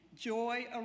Joy